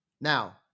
Now